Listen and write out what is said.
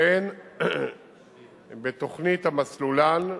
והן בתוכנת ה"מסלולן",